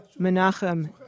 Menachem